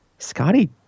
Scotty